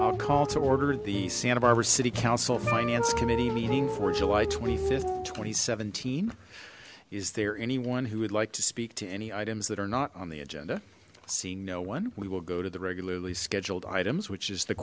i'll call to order the santa barbara city council finance committee meeting for july th two thousand and seventeen is there anyone who would like to speak to any items that are not on the agenda seeing no one we will go to the regularly scheduled items which is the